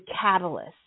catalyst